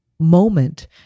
moment